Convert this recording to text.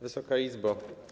Wysoka Izbo!